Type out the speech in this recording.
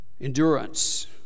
endurance